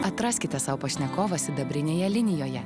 atraskite sau pašnekovą sidabrinėje linijoje